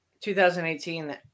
2018